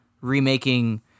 remaking